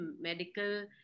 medical